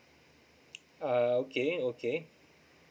ah okay okay